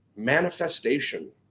manifestation